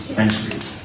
centuries